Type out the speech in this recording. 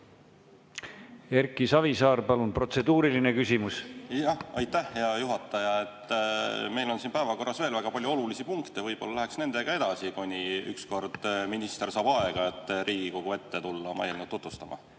Erki Savisaar, palun, protseduuriline küsimus! Aitäh, hea juhataja! Meil on siin päevakorras veel väga palju olulisi punkte, võib-olla läheks nendega edasi, kuni ükskord minister saab aega Riigikogu ette tulla oma eelnõu tutvustama.